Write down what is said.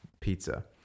pizza